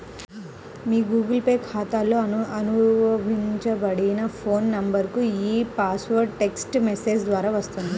మీ Google Pay ఖాతాతో అనుబంధించబడిన phone నంబర్కు ఈ పాస్వర్డ్ టెక్ట్స్ మెసేజ్ ద్వారా వస్తుంది